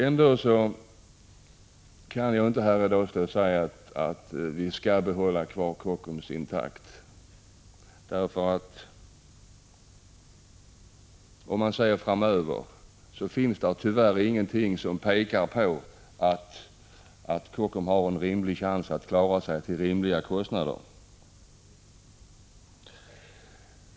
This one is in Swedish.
Ändå kan jag inte stå här i dag och säga att vi skall behålla Kockums intakt. Om man ser framåt i tiden finns det tyvärr ingenting som talar för att Kockums skulle ha en hygglig chans att klara sig till rimliga kostnader.